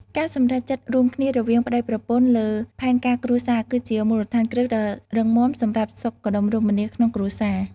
ការសម្រេចចិត្តរួមគ្នារវាងប្តីប្រពន្ធលើផែនការគ្រួសារ គឺជាមូលដ្ឋានគ្រឹះដ៏រឹងមាំសម្រាប់សុខដុមរមនាក្នុងគ្រួសារ។